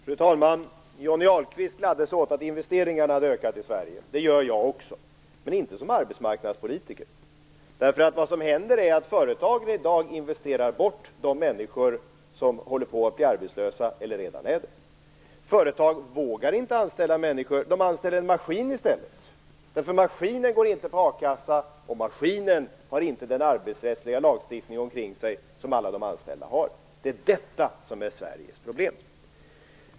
Fru talman! Johnny Ahlqvist gladde sig åt att investeringarna i Sverige har ökat. Det gör jag också - men inte som arbetsmarknadspolitiker! Vad som händer är att företagen i dag investerar bort de människor som håller på att bli arbetslösa eller som redan är det. Företag vågar inte anställa människor - de "anställer" en maskin i stället; maskinen går inte på akassa, och maskinen har inte den arbetsrättsliga lagstiftning omkring sig som alla de anställda har. Det är detta som är Sveriges problem.